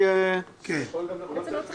לא תמיד.